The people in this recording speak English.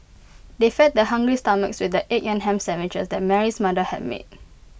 they fed their hungry stomachs with the egg and Ham Sandwiches that Mary's mother had made